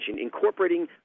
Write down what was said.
incorporating